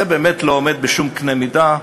זה באמת לא עומד בשום קנה-מידה,